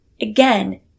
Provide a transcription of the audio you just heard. Again